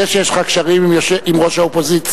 זה שיש לך קשרים עם ראש האופוזיציה,